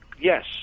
Yes